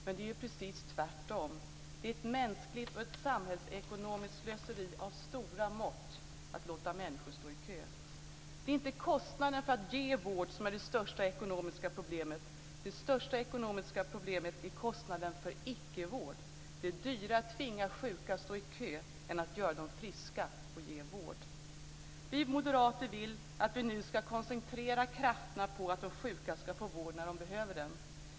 Men det är ju precis tvärtom. Det är ett mänskligt och ett samhällsekonomiskt slöseri av stora mått att låta människor stå i kö. Det är inte kostnaderna för att ge vård som är det största ekonomiska problemet; det största ekonomiska problemet är kostnaden för ickevård. Det är dyrare att tvinga sjuka att stå i kö än att ge vård och göra dem friska. Vi moderater vill att vi nu ska koncentrera krafterna på att de sjuka ska få vård när de behöver den.